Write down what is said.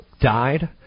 died